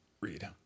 read